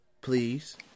Please